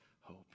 hope